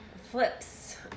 Flips